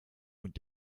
und